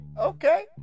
okay